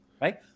right